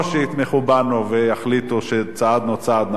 או שיתמכו בנו ויחליטו שצעדנו צעד נכון,